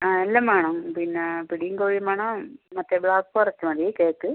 ആ എല്ലാം വേണം പിടിയും കോഴിയും വേണം മറ്റേ ബ്ലാക്ക് ഫോറസ്റ്റ് മതി കേക്ക്